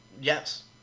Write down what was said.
Yes